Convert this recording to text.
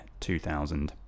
2000